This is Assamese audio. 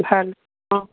ভাল অঁ